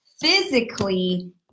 physically